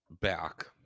back